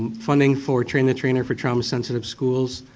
funding for train the trainer for trauma sensitive schools,